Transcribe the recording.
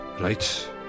Right